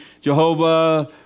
Jehovah